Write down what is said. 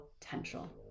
potential